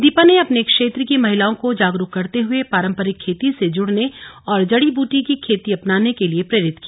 दीपा ने अपने क्षेत्र की महिलाओं को जागरूक करते हुए पारम्परिक खेती से जुड़ने और जड़ी बूटी की खेती अपनाने के लिए प्रेरित किया